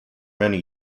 many